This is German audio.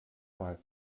mal